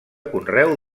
conreu